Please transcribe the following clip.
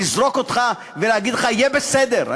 לזרוק אותך ולהגיד לך: יהיה בסדר,